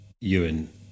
Ewan